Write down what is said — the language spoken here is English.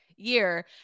Year